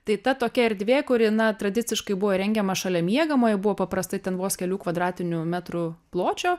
tai ta tokia erdvė kuri tradiciškai buvo rengiama šalia miegamojo buvo paprastai ten vos kelių kvadratinių metrų pločio